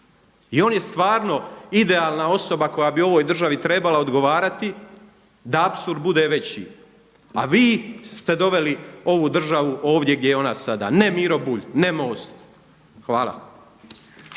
I on je stvarno idealna osoba koja bi ovoj državi trebala odgovarati da apsurd bude veći, a vi ste doveli ovu državu ovdje gdje je ona sada ne Miro Bulj, ne MOST. Hvala.